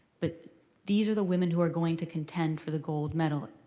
but these are the women who are going to contend for the gold medal.